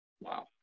Wow